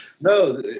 No